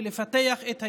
לפתח את היישובים,